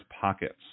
pockets